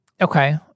Okay